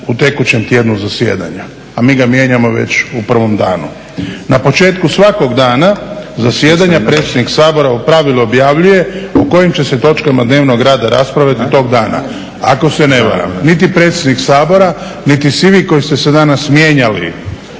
u tekućem tjednu zasjedanja. A mi ga mijenjamo već u prvom danu. Na početku svakog dana zasjedanja predsjednik Sabora u pravilu objavljuje o kojim će se točkama dnevnog reda raspravljati tog dana. Ako se ne varam niti predsjednik Sabora niti svi vi koji ste se danas mijenjali